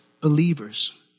believers